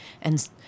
And-